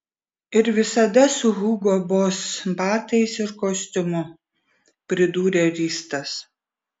ir visada su hugo boss batais ir kostiumu pridūrė ristas